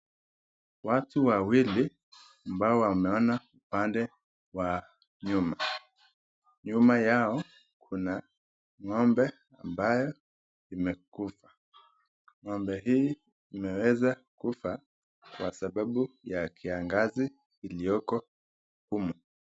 Watu wawili ambao wameona upande wa nyuma ,nyuma yao kuna ng'ombe ambayo imekufa, ng'ombe hii imeweza kufa kwa sababu ya kiangazi iliyoko humu.